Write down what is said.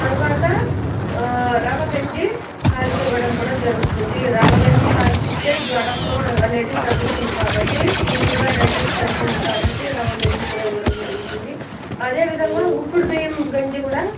తర్వాత రవ్వ గంజి కాంచి ఇవ్వడం కూడా జరుగుతుంది రవ్వ గంజి కాంచి ఇస్తే జ్వరము అనేది తగ్గుతుంది కాబట్టి ఈజీ గా డైజెస్ట్ అవుతుంది కాబట్టి రవ్వ గంజి కూడా ఇవ్వడం జరుగుతుంది అదేవిధంగా ఉప్పుడు బియ్యం గంజి కూడా